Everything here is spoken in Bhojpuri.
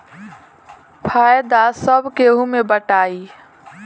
फायदा सब केहू मे बटाई